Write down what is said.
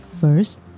First